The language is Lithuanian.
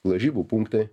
lažybų punktai